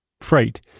freight